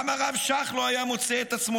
גם הרב ש"ך לא היה מוצא את עצמו